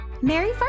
Mary